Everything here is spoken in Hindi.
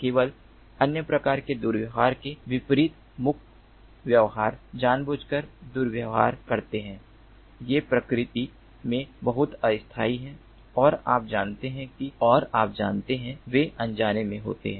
केवल अन्य प्रकार के दुर्व्यवहारों के विपरीत मुक् व्यवहार जानबूझकर दुर्व्यवहार करते हैं ये प्रकृति में बहुत अस्थायी हैं और आप जानते हैं वे अनजाने में होते हैं